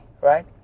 right